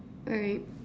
alright